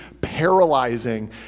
paralyzing